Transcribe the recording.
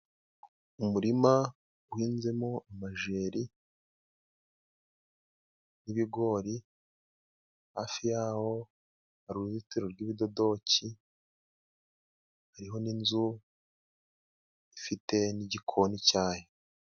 umurima guhinzemo amajeri n'ibigori hafi yaho hari uruzitiro rw ibidodoki hariho n'inzu ifite n'igikoni cyayo